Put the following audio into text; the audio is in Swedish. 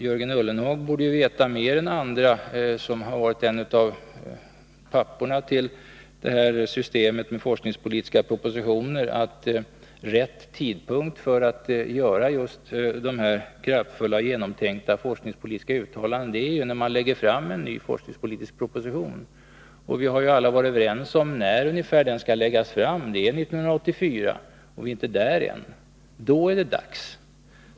Jörgen Ullenhag borde ju mer än andra, eftersom han har varit en av papporna till systemet med forskningspolitiska propositioner, veta att rätt tidpunkt för att göra just de här kraftfulla och genomtänkta forskningspolitiska uttalandena är när man lägger fram en ny forskningspolitisk proposition. Vi har alla varit överens om när ungefär den skall läggas fram, nämligen 1984, och vi är inte där än. Då är det dags.